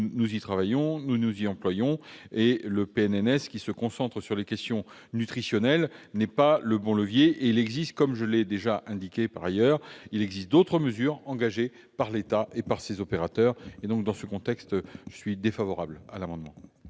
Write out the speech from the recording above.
Nous y travaillons et nous nous y employons. Le PNNS, qui se concentre sur les questions nutritionnelles, n'est pas le bon levier. Il existe, comme je l'ai déjà indiqué par ailleurs, d'autres mesures engagées par l'État et par ses opérateurs. Dans ce contexte, je suis défavorable à l'amendement.